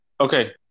Okay